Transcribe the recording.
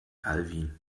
alwin